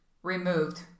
Removed